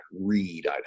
read